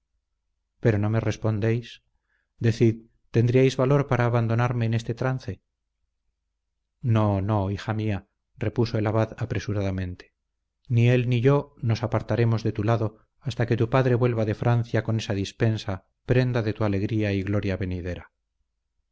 pero no me respondéis decid tendríais valor para abandonarme en este trance no no hija mía repuso el abad apresuradamente ni él ni yo nos apartaremos de tu lado hasta que tu padre vuelva de francia con esa dispensa prenda de tu alegría y gloria venidera